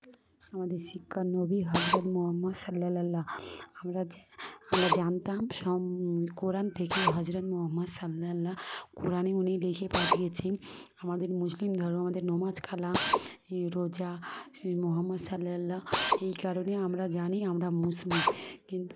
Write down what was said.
আমাদের শিক্ষার নবী হজরত মোহাম্মদ সাল্লা্ল্লাহ আমরা যে আমরা জানতাম সব কোরআন থেকে হজরত মুোহাম্মদ সাল্লাল্লাহ কোরআনে উনি লিখে পাঠিয়েছেন আমাদের মুসলিম ধর্ম আমাদের নমাজ খালা রোজা মোহাম্মদ সাল্লাল্লাহ এই কারণে আমরা জানি আমরা মুসলিম কিন্তু